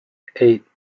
eight